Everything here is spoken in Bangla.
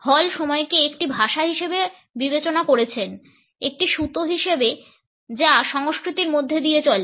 হল সময়কে একটি ভাষা হিসাবে বিবেচনা করেছেন একটি সুতো হিসাবে যা সংস্কৃতির মধ্য দিয়ে চলে